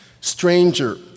Stranger